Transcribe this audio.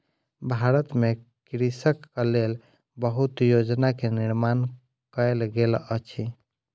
भारत में कृषकक लेल बहुत योजना के निर्माण कयल गेल अछि